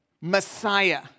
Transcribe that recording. Messiah